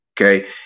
Okay